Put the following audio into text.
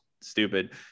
stupid